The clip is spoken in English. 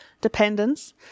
dependence